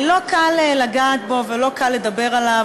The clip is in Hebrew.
לא קל לגעת בו ולא קל לדבר עליו,